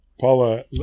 Paula